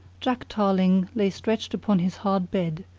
jack tarling lay stretched upon his hard bed,